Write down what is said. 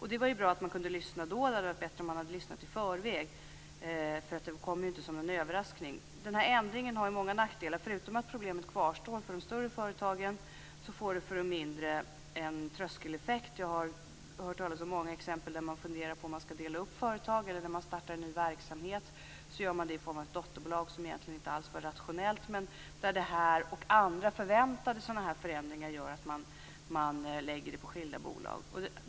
Det var bra att de lyssnade då, men det hade varit bättre om de hade lyssnat i förväg. Detta kom ju inte som någon överraskning. Denna ändring har många nackdelar. Förutom att problemet kvarstår för de större företagen, får det för de mindre en tröskeleffekt. Jag har hört talas om många exempel där man funderar på att dela upp företagen eller när en ny verksamhet startas sker det i form av dotterbolag - som egentligen inte är rationellt. Men detta och andra förväntade förändringar gör att det skapas skilda bolag.